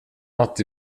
något